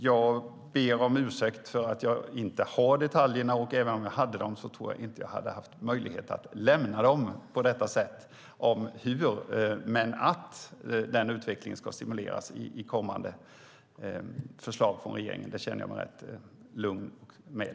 Jag ber om ursäkt för att jag inte har detaljerna. Även om jag hade haft dem tror jag inte att jag skulle ha haft möjlighet att lämna dem på detta sätt. Då menar jag detaljerna om hur detta ska gå till. Att denna utveckling ska stimuleras i kommande förslag från regeringen känner jag mig dock lugn med.